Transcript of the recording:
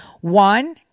One